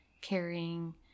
caring